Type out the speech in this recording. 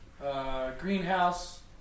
greenhouse